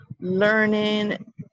learning